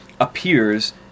appears